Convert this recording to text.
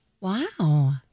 Wow